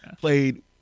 played